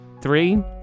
three